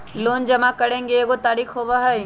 Loan जमा करेंगे एगो तारीक होबहई?